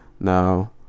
Now